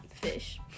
fish